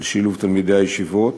של שילוב תלמידי הישיבות,